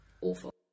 awful